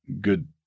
good